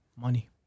Money